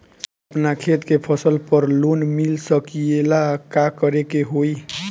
अपना खेत के फसल पर लोन मिल सकीएला का करे के होई?